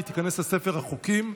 והיא תיכנס לספר החוקים.